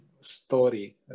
story